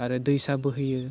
आरो दैसा बोहैयो